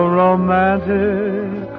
romantic